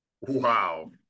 Wow